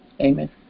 amen